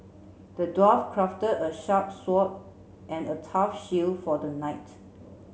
the dwarf crafted a sharp sword and a tough shield for the knight